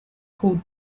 called